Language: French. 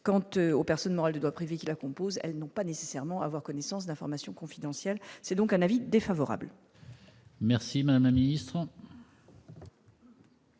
quand aux personnes morales doit privé qui la composent, elle n'ont pas nécessairement avoir connaissance d'informations confidentielles, c'est donc un avis défavorable. Merci madame la ministre.